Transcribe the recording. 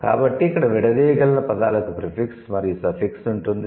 కాబట్టి ఇక్కడ విడదీయగలిగిన పదాలకు ప్రీఫిక్స్ మరియు సఫిక్స్ ఉంటుంది